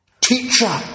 teacher